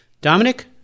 Dominic